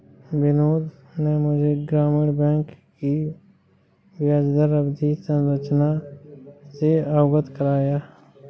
बिनोद ने मुझे ग्रामीण बैंक की ब्याजदर अवधि संरचना से अवगत कराया